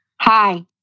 Hi